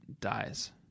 dies